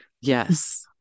Yes